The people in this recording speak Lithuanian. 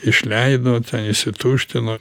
išleido ten išsituštino